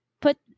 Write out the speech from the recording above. put